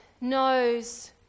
knows